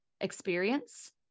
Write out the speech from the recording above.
experience